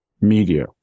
media